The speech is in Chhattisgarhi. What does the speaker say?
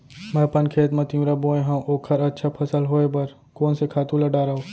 मैं अपन खेत मा तिंवरा बोये हव ओखर अच्छा फसल होये बर कोन से खातू ला डारव?